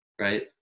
right